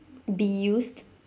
be used